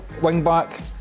wing-back